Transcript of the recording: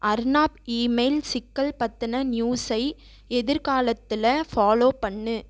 Arnab email சிக்கல் பற்றின நியூஸை எதிர்காலத்தில் ஃபாலோ பண்ணு